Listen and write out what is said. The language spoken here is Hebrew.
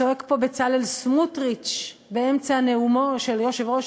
צועק פה בצלאל סמוטריץ באמצע נאומו של יושב-ראש